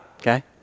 okay